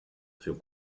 für